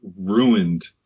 ruined